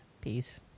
peace